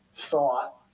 Thought